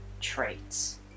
traits